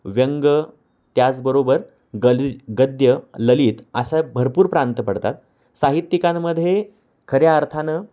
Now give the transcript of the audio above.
व्यंग त्याचबरोबर गल गद्य ललित असं भरपूर प्रांत पडतात साहित्यिकांमध्ये खऱ्या अर्थानं